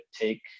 take